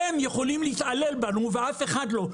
שהם יכולים להתעלל בנו ואף אחד לא,